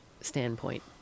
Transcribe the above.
standpoint